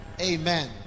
Amen